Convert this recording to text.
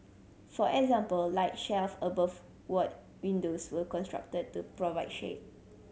for example light shelf above ward windows were constructed to provide shade